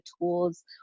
tools